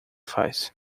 faz